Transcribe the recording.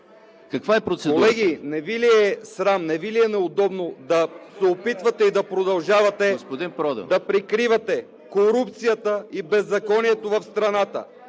министър-председателя. Не Ви ли е срам, не Ви ли е неудобно да се опитвате и да продължавате да прикривате корупцията и беззаконието в страната?